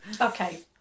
okay